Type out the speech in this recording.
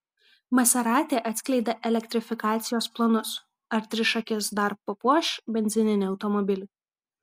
maserati atskleidė elektrifikacijos planus ar trišakis dar papuoš benzininį automobilį